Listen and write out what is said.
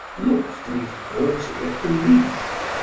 looked to be forty at the least.